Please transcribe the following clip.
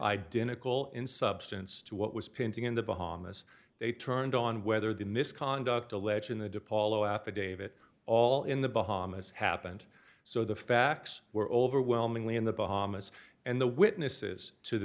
identical in substance to what was painting in the bahamas they turned on whether the misconduct alleged in the depaul zero affidavit all in the bahamas happened so the facts were overwhelmingly in the bahamas and the witnesses to th